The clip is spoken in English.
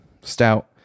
stout